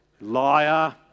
Liar